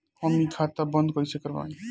हम इ खाता बंद कइसे करवाई?